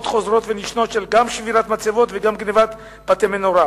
חוזרות ונשנות גם של שבירת מצבות וגם של גנבת בתי-מנורה.